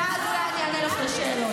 ואז אני אולי אענה לך על שאלות.